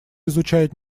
изучают